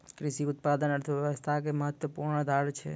कृषि उत्पाद अर्थव्यवस्था के महत्वपूर्ण आधार छै